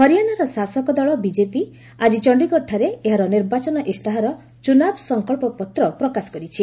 ହରିୟାଣାର ଶାସକ ଦଳ ବିଜେପି ଆଜି ଚଣ୍ଡୀଗଡ଼ଠାରେ ଏହାର ନିର୍ବାଚନ ଇସ୍ତାହାର 'ଚୁନାବ୍ ସଙ୍କଳ୍ପ ପତ୍ର' ପ୍ରକାଶ କରିଛି